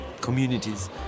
communities